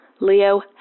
Leo